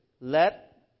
let